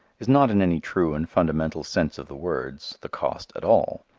is not in any true and fundamental sense of the words the cost at all.